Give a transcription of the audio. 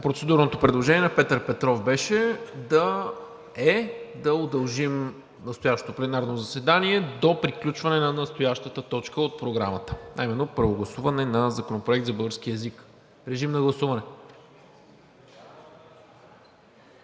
Процедурното предложение от Петър Петров е да удължим настоящето пленарно заседание до приключване на настоящата точка от Програмата, а именно първо гласуване на Законопроекта за българския език. Режим на гласуване.